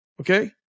Okay